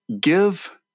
give